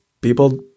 people